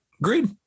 Agreed